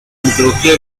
mitología